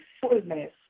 fullness